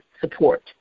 support